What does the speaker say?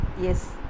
Yes